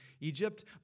Egypt